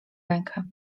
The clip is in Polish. rękę